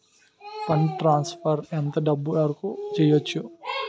Fund transfer ఎంత డబ్బు వరుకు చేయవచ్చు?